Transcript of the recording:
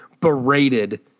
berated